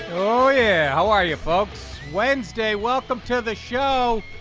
oh, yeah, how are you folks wednesday welcome to the show